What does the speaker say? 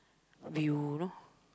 view